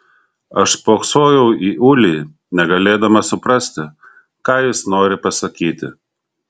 aš spoksojau į ulį negalėdama suprasti ką jis nori pasakyti